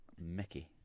mickey